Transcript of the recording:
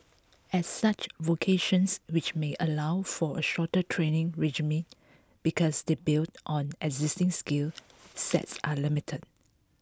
as such vocations which may allow for a shorter training regime because they build on existing skill sets are limited